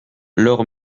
leur